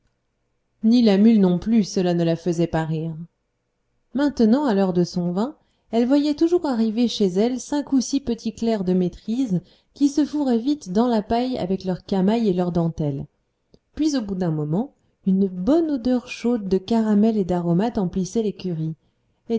ni la mule non plus cela ne la faisait pas rire maintenant à l'heure de son vin elle voyait toujours arriver chez elle cinq ou six petits clercs de maîtrise qui se fourraient vite dans la paille avec leur camail et leurs dentelles puis au bout d'un moment une bonne odeur chaude de caramel et d'aromates emplissait l'écurie